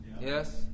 Yes